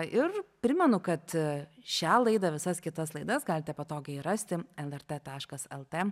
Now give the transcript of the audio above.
ir primenu kad šią laidą visas kitas laidas galite patogiai rasti lrt taškas lt